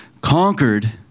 conquered